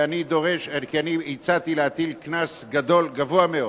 כי אני הצעתי להטיל קנס גדול, גבוה מאוד,